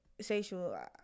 sexual